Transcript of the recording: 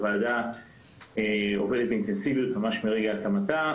הוועדה עובדת באינטנסיביות ממש מרגע הקמתה,